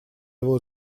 его